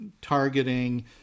targeting